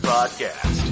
Podcast